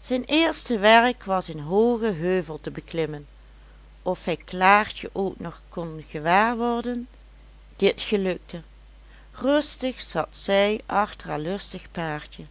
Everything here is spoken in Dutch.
zijn eerste werk was een hoogen heuvel te beklimmen of hij klaartjen ook nog kon gewaar worden dit gelukte rustig zat zij achter haar lustig paardje